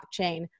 blockchain